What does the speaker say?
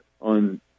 on